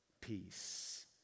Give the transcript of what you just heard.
Peace